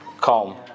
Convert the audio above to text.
Calm